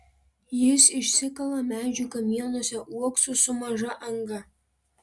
jis išsikala medžių kamienuose uoksus su maža anga